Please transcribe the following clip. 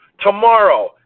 tomorrow